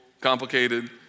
complicated